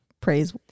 praise